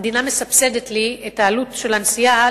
המדינה מסבסדת לי את העלות של הנסיעה,